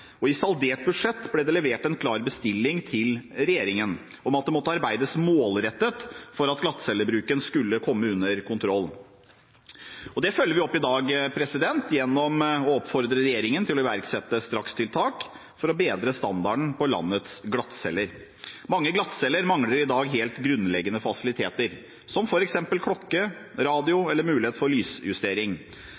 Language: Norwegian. klar bestilling til regjeringen om at det måtte arbeides målrettet for at glattcellebruken skulle komme under kontroll. Det følger vi opp i dag gjennom å oppfordre regjeringen til å iverksette strakstiltak for å bedre standarden på landets glattceller. Mange glattceller mangler i dag helt grunnleggende fasiliteter, som f.eks. klokke, radio